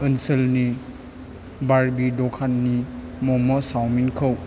ओनसोलनि बारबि दखाननि मम' सावमिनखौ